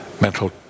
mental